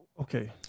Okay